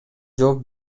жооп